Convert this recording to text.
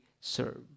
serve